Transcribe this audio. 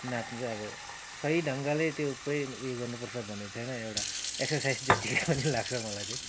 नाँच्नु चाहिँ अब सही ढङ्गले त्यो पुरै उयो गर्नु पर्छ भन्ने छैन एउटा एक्सरसाइज जतिको पनि लाग्छ मलाई चाहिँ